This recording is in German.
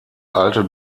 alte